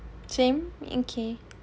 chang~ okay